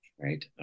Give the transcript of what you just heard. Right